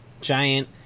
giant